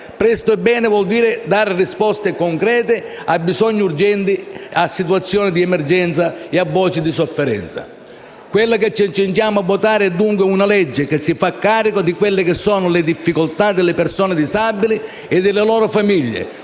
Presto e bene vuol dire dare risposte concrete a bisogni urgenti, a situazioni di emergenza e a voci di sofferenza. Quello che ci accingiamo a votare è, dunque, un disegno di legge che si fa carico delle difficoltà delle persone disabili e delle loro famiglie;